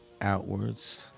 outwards